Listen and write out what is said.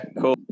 cool